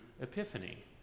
Epiphany